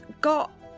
got